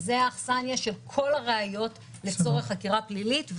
זאת האכסניה של כל ראיות לצורך חקירה פלילית,